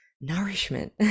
nourishment